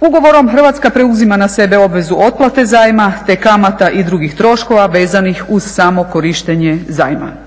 Ugovorom Hrvatska preuzima na sebe obvezu otplate zajma te kamata i drugih troškova vezanih uz samo korištenje zajma.